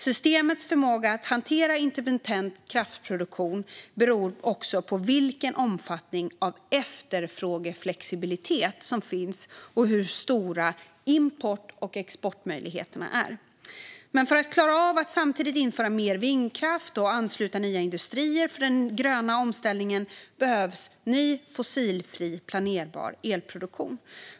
Systemets förmåga att hantera intermittent kraftproduktion beror också på vilken omfattning av efterfrågeflexibilitet som finns och hur stora import och exportmöjligheterna är. Men för att klara av att samtidigt införa mer vindkraft och ansluta nya industrier för den gröna omställningen behövs ny fossilfri planerbar elproduktion.